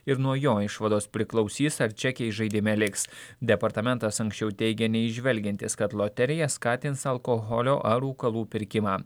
ir nuo jo išvados priklausys ar čekiai žaidime liks departamentas anksčiau teigė neįžvelgiantis kad loterija skatins alkoholio ar rūkalų pirkimą